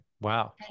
Wow